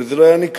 וזה לא היה ניכר.